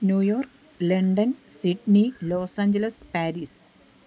New York London Sydney Los Angeles Paris